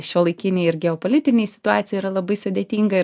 šiuolaikinėj ir geopolitinėj situacijoj yra labai sudėtinga ir